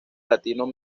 latinos